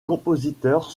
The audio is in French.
compositeur